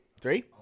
Three